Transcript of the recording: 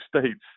states